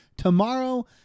Tomorrow